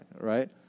right